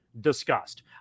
discussed